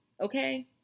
okay